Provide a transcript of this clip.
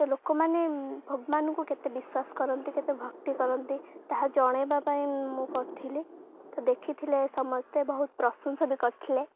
ଲୋକମାନେ ଭଗବାନଙ୍କୁ କେତେ ବିଶ୍ୱାସ କରନ୍ତି କେତେ ଭକ୍ତି କରନ୍ତି ତାହା ଜଣେଇବା ପାଇଁ ମୁଁ କରିଥିଲି ତ ଦେଖିଥିଲେ ସମସ୍ତେ ବହୁତ ପ୍ରଶଂସା ବି କରିଥିଲେ